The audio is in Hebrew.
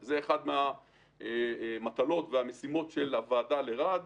זאת אחת המטלות והמשימות של הוועדה לרעד.